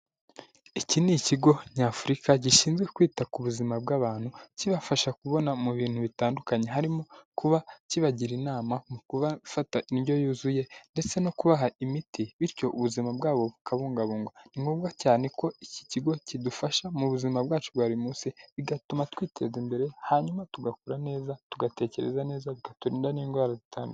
Iki ni ikigo nyafurika gishinzwe kwita ku buzima bw'abantu, kibafasha kubona mu bintu bitandukanye, harimo kuba kibagira inama mu kuba bafata indyo yuzuye ndetse no kubaha imiti bityo ubuzima bwabo bukabungabungwa. Ni ngombwa cyane ko iki kigo kidufasha mu buzima bwacu bwa buri munsi, bigatuma twiteza imbere hanyuma tugakura neza, tugatekereza neza, gaturinda n'indwara zitandukanye.